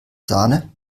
sahne